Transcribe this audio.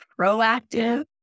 proactive